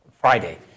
Friday